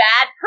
Bad